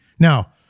Now